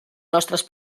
nostres